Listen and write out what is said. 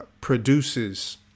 produces